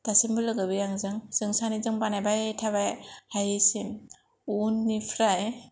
दासिमबो लोगो बे आंजों जों सानैजों बानायबाय थाबाय हायैसिम उन्निफ्राय